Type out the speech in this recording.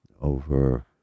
over